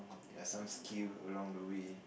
ya some skill along the way